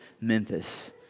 Memphis